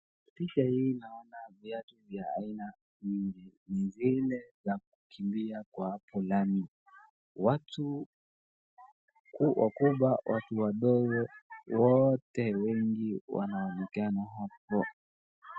Picha hii naona viatu vya aina nyingi, ni zile za kukimbia kwa pulani. Watu wakubwa watu wadogo, wote wengine wanaonekana hapo.